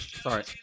Sorry